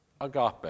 agape